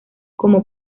como